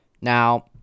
Now